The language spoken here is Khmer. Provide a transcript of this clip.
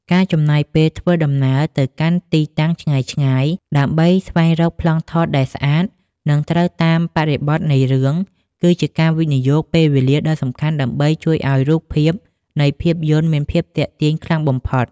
ការចំណាយពេលធ្វើដំណើរទៅកាន់ទីតាំងឆ្ងាយៗដើម្បីស្វែងរកប្លង់ថតដែលស្អាត និងត្រូវតាមបរិបទនៃរឿង គឺជាការវិនិយោគពេលវេលាដ៏សំខាន់ដើម្បីជួយឱ្យរូបភាពនៃភាពយន្តមានភាពទាក់ទាញខ្លាំងបំផុត។